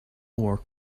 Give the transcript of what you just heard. work